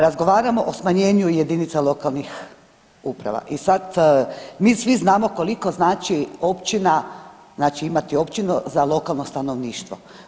Razgovaramo o smanjenju jedinica lokalnih uprava i sad mi svi znamo koliko znači općina, znači imati općinu za lokalno stanovništvo.